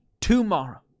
tomorrow